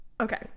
Okay